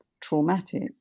traumatic